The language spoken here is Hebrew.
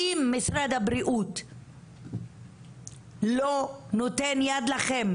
אם משרד הבריאות לא נותן יד לכם,